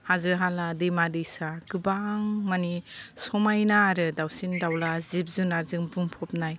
हाजो हाला दैमा दैसा गोबां माने समायना आरो दाउसिन दाउला जिब जुनारजों बुंफबनाय